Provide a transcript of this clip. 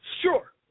sure